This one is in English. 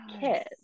kids